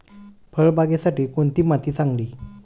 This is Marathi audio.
फळबागेसाठी कोणती माती चांगली?